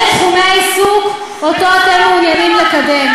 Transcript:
אלה תחומי העיסוק שאתם מעוניינים לקדם.